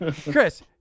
Chris